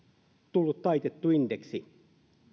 tullut taitettu indeksi